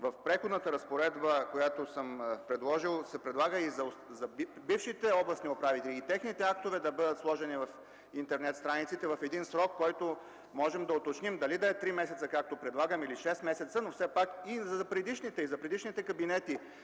В Преходната разпоредба, която съм предложил, се предлага – бившите областни управители и техните актове да бъдат сложени в интернет страниците, в един срок, който можем да уточним дали да е 3 месеца, както предлагам, или 6 месеца, но да се знае какви